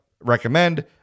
recommend